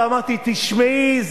ואמרתי: תשמעי,